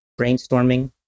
brainstorming